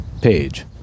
page